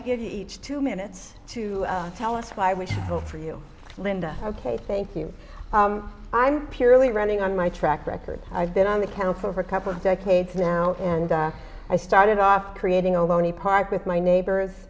to give each two minutes to tell us why we should help for you linda ok thank you i'm purely running on my track record i've been on the council for a couple of decades now and i started off creating a loney park with my neighbors